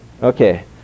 Okay